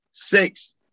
Six